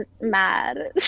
mad